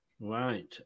Right